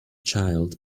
child